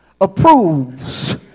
approves